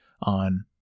on